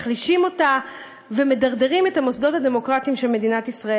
מחלישים אותה ומדרדרים את המוסדות הדמוקרטיים של מדינת ישראל.